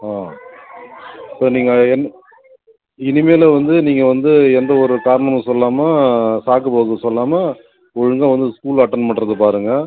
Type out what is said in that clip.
ஆ சரி நீங்கள் என்ன இனிமேல் வந்து நீங்கள் வந்து எந்த ஒரு காரணமும் சொல்லாமல் சாக்கு போக்கு சொல்லாமல் ஒழுங்காக வந்து ஸ்கூல் அட்டன் பண்ணுறதுக்கு பாருங்க